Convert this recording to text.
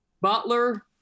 Butler